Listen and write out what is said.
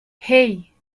hey